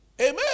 Amen